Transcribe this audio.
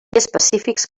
específics